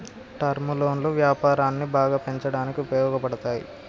term లోన్లు వ్యాపారాన్ని బాగా పెంచడానికి ఉపయోగపడతాయి